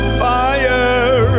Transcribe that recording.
fire